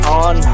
on